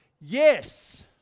Yes